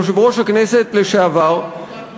יושב-ראש הכנסת לשעבר,